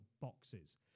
boxes